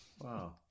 wow